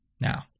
Now